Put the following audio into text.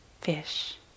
fish